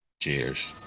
Cheers